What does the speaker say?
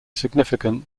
significant